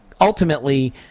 ultimately